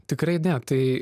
tikrai ne tai